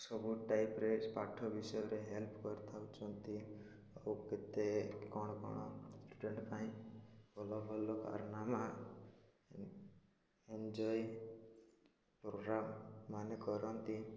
ସବୁ ଟାଇପ୍ରେ ପାଠ ବିଷୟରେ ହେଲ୍ପ କରିଥାଉଛନ୍ତି ଆଉ କେତେ କ'ଣ କ'ଣ ଟେଣ୍ଟ ପାଇଁ ଭଲ ଭଲ କାରନମା ଏନ୍ଜୟ ପ୍ରୋଗ୍ରାମ୍ ମାନ କରନ୍ତି